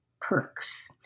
perks